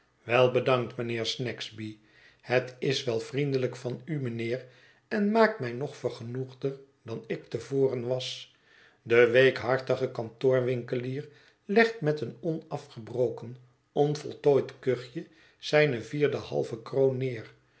wel bedankt mijnheer snagsby het is wel vriendelijk van u mijnheer en maakt mij nog vergenoegder dan ik te voren was de weekhartige kantoorwinkelier legt met een onafgebroken onvoltooid kuchje zijne vierde halve kroon neer